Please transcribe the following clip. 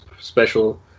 special